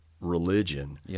religion